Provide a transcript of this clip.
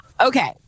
Okay